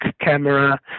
camera